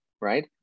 right